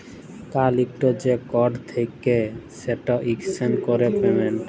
কাল ইকট যে কড থ্যাকে সেট ইসক্যান ক্যরে পেমেল্ট